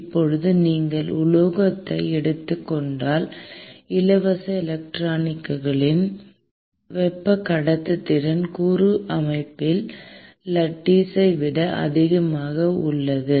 இப்போது நீங்கள் உலோகங்களை எடுத்துக் கொண்டால் இலவச எலக்ட்ரான்களின் வெப்ப கடத்துத்திறன் கூறு உண்மையில் லட்டீசை விட அதிகமாக உள்ளது